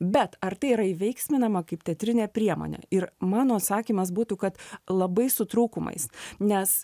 bet ar tai yra įveiksminama kaip teatrinė priemonė ir mano atsakymas būtų kad labai su trūkumais nes